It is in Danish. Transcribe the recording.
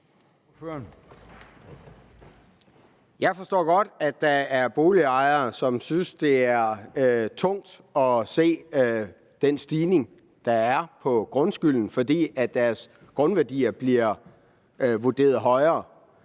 Jeg forstår godt, at der er boligejere, som synes, at det er tungt at se den stigning, der er på grundskylden, fordi deres grundværdier bliver vurderet højere,